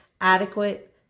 adequate